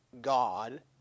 God